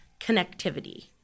connectivity